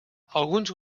alguns